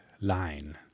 line